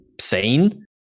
sane